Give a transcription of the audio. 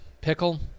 Pickle